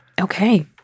Okay